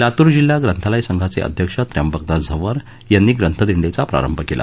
लातूर जिल्हा ग्रंथालय संघाचक्रिध्यक्ष त्र्यंबकदास झंवर यांनी ग्रंथदिंडीचा प्रारंभ कला